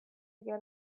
get